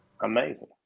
Amazing